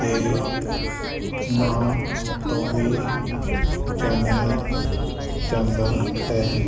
ਦੇ ਨਾਂ ਤੋਂ ਵੀ ਜਾਣਿਆ ਜਾਂਦਾ ਹੈ